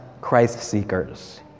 Christ-seekers